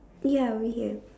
ya we have